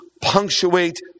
punctuate